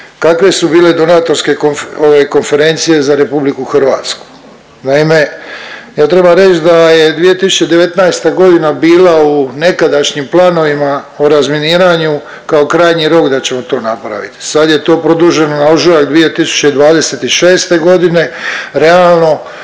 kakve su bile donatorske konferencije za RH. Naime, ja trebam reć da je 2019.g. bila u nekadašnjim planovima o razminiranju kao krajnji rok da ćemo to napraviti, sad je to produženo na ožujak 2026.g., realno